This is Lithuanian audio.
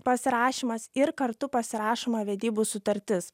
pasirašymas ir kartu pasirašoma vedybų sutartis